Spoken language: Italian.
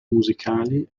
musicali